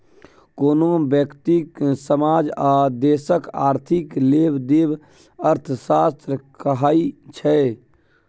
कोनो ब्यक्ति, समाज आ देशक आर्थिक लेबदेब अर्थशास्त्र कहाइ छै